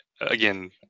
again